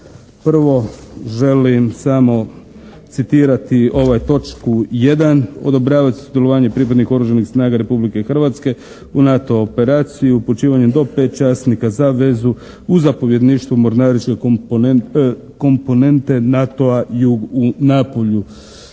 Prvo želim samo citirati ovu točku 1. «Odobrava se sudjelovanje pripadnika oružanih snaga Republike Hrvatske u NATO operaciji upućivanjem do 5 časnika za vezu u zapovjedništvu mornaričke komponente NATO-a i u Napulju.»